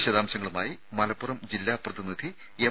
വിശദാംശങ്ങളുമായി മലപ്പുറം ജില്ലാ പ്രതിനിധി എം